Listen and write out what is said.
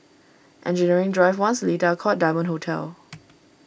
Engineering Drive one Seletar Court and Diamond Hotel